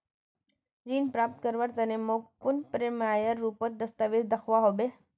ऋण प्राप्त करवार तने मोक कुन प्रमाणएर रुपोत दस्तावेज दिखवा होबे?